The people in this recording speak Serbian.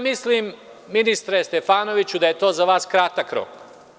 Mislim, ministre Stefanoviću da je to za vas kratak rok.